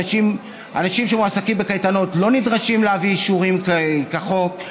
אנשים שמועסקים בקייטנות לא נדרשים להביא אישורים כחוק,